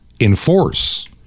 enforce